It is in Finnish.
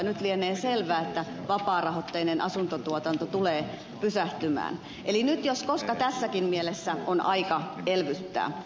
nyt lienee selvää että vapaarahoitteinen asuntotuotanto tulee pysähtymään eli nyt jos koska tässäkin mielessä on aika elvyttää